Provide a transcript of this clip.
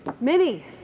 Minnie